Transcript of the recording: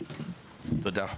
תודה.